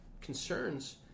concerns